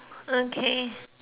okay